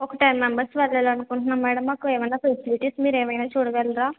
ఒక ten members వెళ్ళాలి అనుకుంటున్నాం మేడం మాకు ఏమన్నాఫెసిలిటీస్ మీరు ఏమైన చూడగలరా